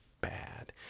bad